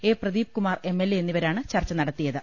A Pradeep Kumar M L A എന്നിവരാണ് ചർച്ച നടത്തിയത്